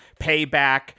Payback